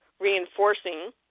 reinforcing